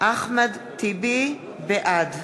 בעד